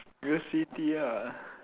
real C_T ah